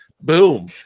boom